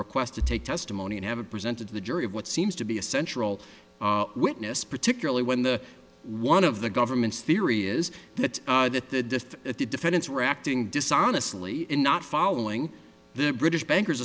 request to take testimony and have it presented to the jury of what seems to be a central witness particularly when the one of the government's theory is that that the at the defendants were acting dishonestly in not following the british bankers